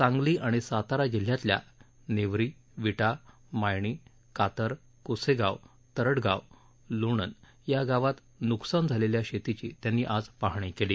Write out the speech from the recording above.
सांगली आणि सातारा जिल्ह्यातल्या नेवरी वीटा मायणी कातर क्सेगाव तरटगाव लोणन या गावात न्कसान झालेल्या शेतीची त्यांनी आज पाहणी केली